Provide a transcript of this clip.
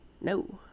No